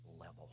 level